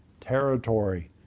Territory